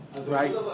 Right